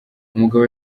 umugabo